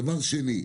דבר שני,